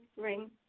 ring